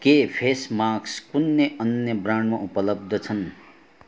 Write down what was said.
के face mask कुनै अन्य ब्रान्डमा उपलब्ध छन्